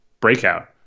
breakout